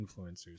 influencers